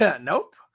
Nope